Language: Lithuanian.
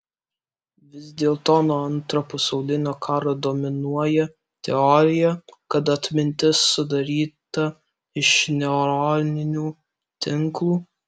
vis dėlto nuo antro pasaulinio karo dominuoja teorija kad atmintis sudaryta iš neuroninių tinklų